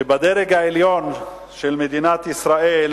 שבדרג העליון של מדינת ישראל